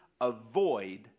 avoid